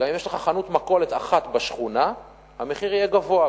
אם יש לך חנות מכולת אחת בשכונה המחיר יהיה גבוה,